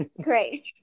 Great